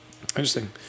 Interesting